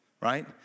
right